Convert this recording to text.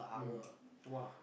mmhmm !wah!